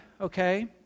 okay